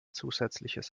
zusätzliches